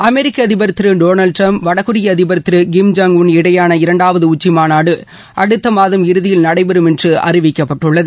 அமெரிக்க அதிபர் திரு Donald Trump வடகொரியா அதிபர் திரு கிங் ஜாம் இடையேயான இரண்டாவது உச்சிமாநாடு அடுத்த மாதம் இறுதியில் நடைபெறும் என்று அறிவிக்கப்பட்டுள்ளது